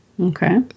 Okay